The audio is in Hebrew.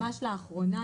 ממש לאחרונה,